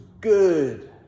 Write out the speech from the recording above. good